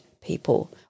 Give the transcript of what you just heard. people